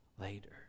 later